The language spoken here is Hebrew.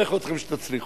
ומברך אתכם שתצליחו.